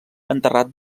enterrat